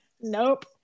Nope